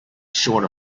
short